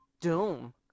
Doom